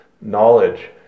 knowledge